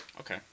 Okay